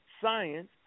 science